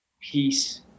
peace